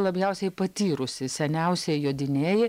labiausiai patyrusi seniausiai jodinėji